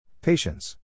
Patience